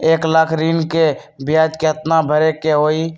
एक लाख ऋन के ब्याज केतना भरे के होई?